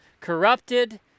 corrupted